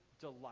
delight